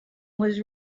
was